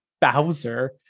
Bowser